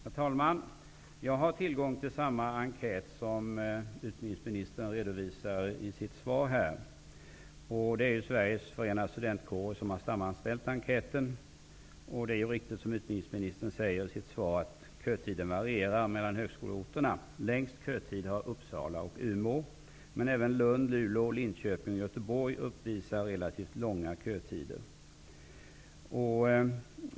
Herr talman! Jag har tillgång till den enkät som utbildningsministern redovisar i sitt svar. Det är alltså Sveriges Förenade Studentkårer som har sammanställt enkäten. Som utbildningsministern säger i sitt svar varierar kötiden mellan högskoleorterna. Längst kötid har Uppsala och Umeå, men även Lund, Luleå, Linköping och Göteborg uppvisar relativt långa kötider.